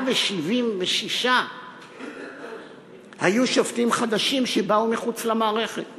176 היו שופטים חדשים שבאו מחוץ למערכת,